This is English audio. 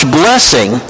blessing